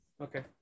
Okay